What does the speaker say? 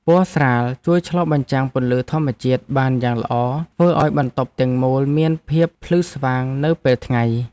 ពណ៌ស្រាលជួយឆ្លុះបញ្ចាំងពន្លឺធម្មជាតិបានយ៉ាងល្អធ្វើឱ្យបន្ទប់ទាំងមូលមានភាពភ្លឺស្វាងនៅពេលថ្ងៃ។